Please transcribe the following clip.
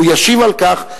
והוא ישיב על כך.